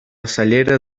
cellera